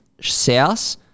South